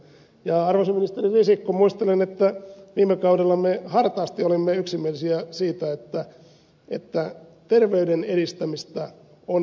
arvoisa ministeri risikko muistelen että viime kaudella me hartaasti olimme yksimielisiä siitä että terveyden edistämistä on vahvistettava